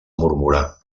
murmurar